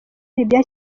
libiya